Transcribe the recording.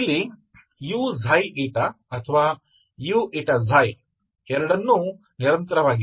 ಇಲ್ಲಿ uξ η ಅಥವಾ uηξ ಎರಡನ್ನೂ ನಿರಂತರವಾಗಿವೆ